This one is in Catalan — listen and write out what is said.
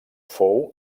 fou